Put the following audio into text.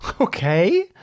Okay